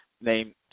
named